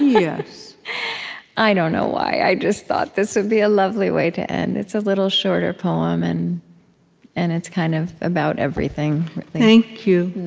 yes i don't know why i just thought this would be a lovely way to end. it's a little shorter poem, and and it's kind of about everything thank you.